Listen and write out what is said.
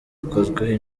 ikozwe